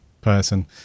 person